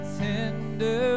tender